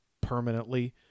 permanently